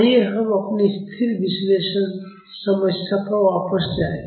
आइए हम अपनी स्थिर विश्लेषण समस्या पर वापस जाएं